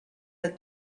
the